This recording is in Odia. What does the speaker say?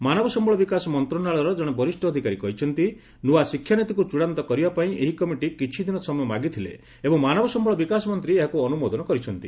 ମାନବ ସମ୍ଭଳ ବିକାଶ ମନ୍ତ୍ରଣାଳୟର ଜଣେ ବରିଷ୍ଠ ଅଧିକାରୀ କହିଛନ୍ତି ନୂଆ ଶିକ୍ଷାନୀତିକୁ ଚୂଡ଼ାନ୍ତ କରିବାପାଇଁ ଏହି କମିଟି କିଛିଦିନ ସମୟ ମାଗିଥିଲେ ଏବଂ ମାନବ ସମ୍ଭଳ ବିକାଶ ମନ୍ତ୍ରୀ ଏହାକୁ ଅନ୍ତମୋଦନ କରିଛନ୍ତି